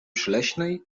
przyleśnej